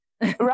right